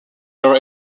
are